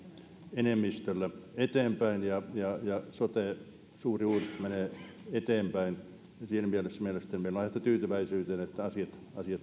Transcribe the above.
enemmistöllä eteenpäin ja että sote suuri uudistus menee eteenpäin siinä mielessä mielestäni meillä on aihetta tyytyväisyyteen että asiat